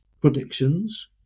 predictions